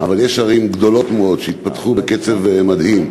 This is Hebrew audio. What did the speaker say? אבל יש ערים גדולות מאוד שהתפתחו בקצב מדהים,